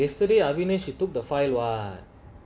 yesterday vintage she took the file a